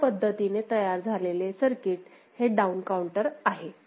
अशा पद्धतीने तयार झालेले सर्किट हे डाउन काउंटर आहे